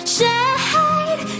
Shine